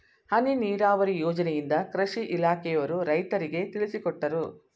ಹನಿ ನೀರಾವರಿ ಯೋಜನೆಯಿಂದ ಕೃಷಿ ಇಲಾಖೆಯವರು ರೈತರಿಗೆ ತಿಳಿಸಿಕೊಟ್ಟರು